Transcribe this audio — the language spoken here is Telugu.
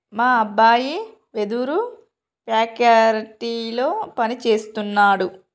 మా అబ్బాయి వెదురు ఫ్యాక్టరీలో పని సేస్తున్నాడు